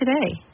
today